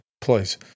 Please